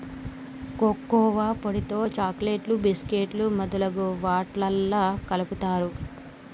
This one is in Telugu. కోకోవా పొడితో చాకోలెట్లు బీషుకేకులు మొదలగు వాట్లల్లా కలుపుతారు